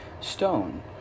Stone